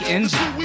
Engine